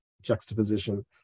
juxtaposition